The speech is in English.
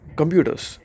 computers